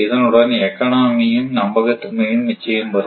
இதனுடன் எக்கானமியும் நம்பகத்தன்மையும் நிச்சயம் வரும்